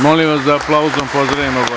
Molim vas da aplauzom pozdravimo